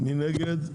מי נגד?